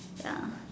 ya